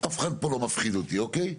אף אחד פה לא מפחיד אותי, אוקיי?